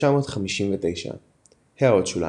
1959 == הערות שוליים שוליים ==